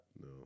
No